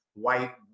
white